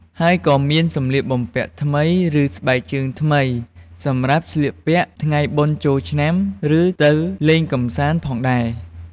ហើយក៏មានសំលៀកបំពាក់ថ្មី ឬស្បែកជើងថ្មី សម្រាប់ស្លៀកពាក់ថ្ងៃបុណ្យចូលឆ្នាំ ឬទៅលេងកម្សាន្តផងដែរ។